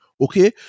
Okay